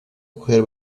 coger